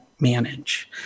manage